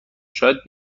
شاید